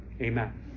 Amen